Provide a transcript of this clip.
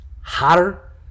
hotter